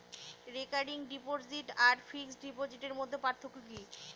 Recurring deposit আর fixed ডিপোজিটের মধ্যে পার্থক্য কি?